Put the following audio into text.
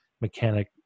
mechanic